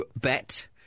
Bet